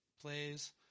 plays